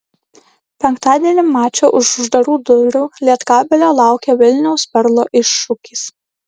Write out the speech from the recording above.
penktadienį mače už uždarų durų lietkabelio laukia vilniaus perlo iššūkis